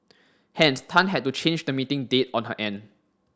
hence Tan had to change the meeting date on her end